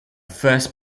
first